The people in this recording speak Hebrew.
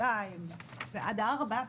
2 ועד 4,